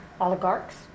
oligarchs